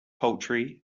poultry